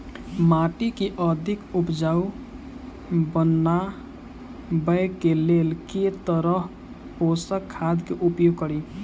माटि केँ अधिक उपजाउ बनाबय केँ लेल केँ तरहक पोसक खाद केँ उपयोग करि?